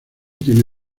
tiene